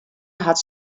hat